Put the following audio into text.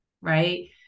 right